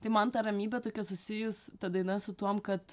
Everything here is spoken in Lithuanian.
tai man ta ramybė tokia susijus ta daina su tuom kad